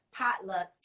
potlucks